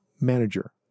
manager